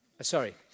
sorry